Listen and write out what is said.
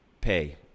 pay